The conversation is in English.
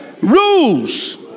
rules